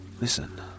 Listen